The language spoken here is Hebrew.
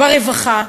ברווחה,